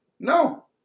No